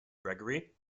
gregory